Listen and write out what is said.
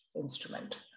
instrument